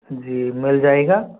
जी मिल जाएगा